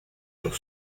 sur